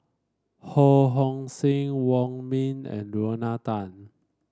Ho Hong Sing Wong Ming and Lorna Tan